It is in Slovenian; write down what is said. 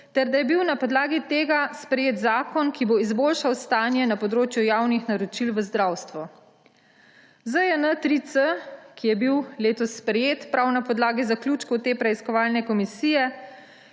ter da je bil na podlagi tega sprejet zakona, ki bo izboljšal stanje na področju javnih naročil v zdravstvu. ZJN-3C, ki je bil letos prejet prav na podlagi zaključkov te preiskovalne komisije,